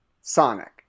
Sonic